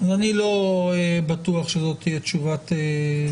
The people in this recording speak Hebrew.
אני לא בטוח שזו תהיה תשובת המדינה.